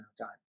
time